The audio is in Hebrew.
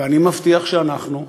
ואני מבטיח שאנחנו,